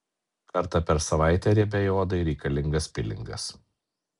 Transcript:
kartą per savaitę riebiai odai reikalingas pilingas